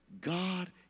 God